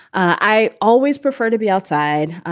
i always prefer to be outside,